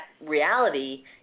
reality